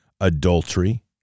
adultery